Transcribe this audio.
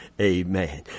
Amen